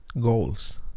goals